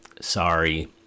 sorry